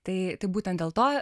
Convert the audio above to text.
tai tai būtent dėl to